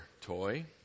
toy